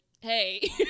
hey